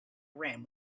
rim